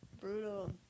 brutal